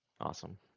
Awesome